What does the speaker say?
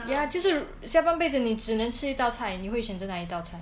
!aiya! 就是下半辈子你只能吃一道菜你会选择哪一道菜